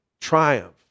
triumph